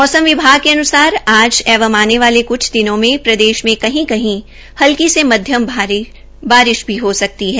मौसम विभाग के अन्सार आज एवं आने वाले क्छ दिनों में प्रदेश मे कहीं कहीं हलकी से मध्यम बारिश भी हो सकती है